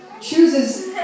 chooses